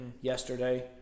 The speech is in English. yesterday